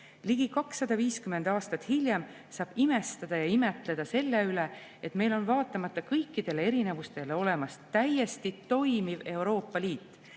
Ligi 250 aastat hiljem saab imestada selle üle, et meil on vaatamata kõikidele erinevustele olemas täiesti toimiv Euroopa Liit,